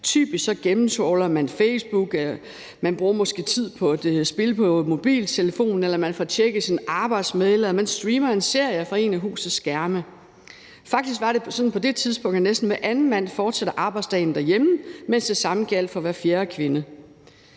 Typisk gennemtrawler man Facebook, bruger måske tid på et spil på mobiltelefonen, får tjekket sin arbejdsmail eller streamer en serie fra en af husets skærme. Faktisk var det sådan på det tidspunkt, at næsten hver anden mand fortsatte arbejdsdagen derhjemme, mens det samme gjaldt for hver fjerde kvinde.